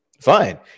Fine